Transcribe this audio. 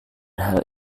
hal